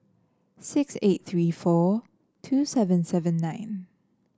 six eight three four two seven seven nine